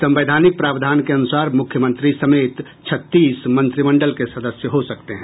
संवैधानिक प्रावधान के अनुसार मुख्यमंत्री समेत छत्तीस मंत्रिमंडल के सदस्य हो सकते हैं